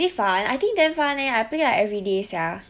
I heard that you go and buy a Nintendo switch